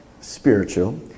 spiritual